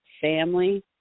family